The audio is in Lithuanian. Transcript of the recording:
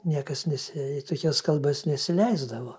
niekas nesi į tokias kalbas nesileisdavo